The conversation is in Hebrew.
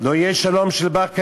לא יהיה שלום בר-קיימא.